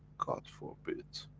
god forbid,